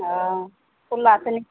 ओ खुल्ला से नीक